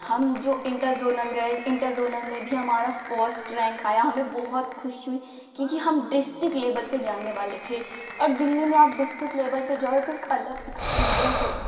हम जो inter zonal गये इन्टर ज़ोनल में भी हमारा फर्स्ट रैंक आया हमें बहुत खुशी हुई क्योंकि हम डिस्ट्रिक्ट लेवल पर जानेवाले थे और दिल्ली में आप डिस्ट्रिक्ट लेवल पर जाओ तो एक अलग एक्सपीरिएन्स होता था